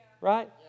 Right